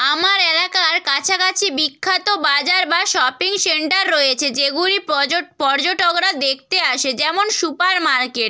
আমার এলাকার কাছাকাছি বিখ্যাত বাজার বা শপিং সেন্টার রয়েছে যেগুলি পর্যটকরা দেখতে আসে যেমন সুপার মার্কেট